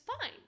fine